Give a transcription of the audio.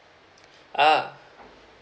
a'ah